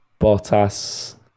Bottas